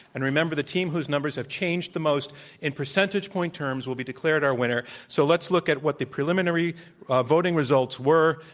and, remember, the team whose numbers have changed the most in percentage point terms will be declared our winner. so, let's look at what the preliminary voting results were.